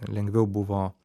lengviau buvo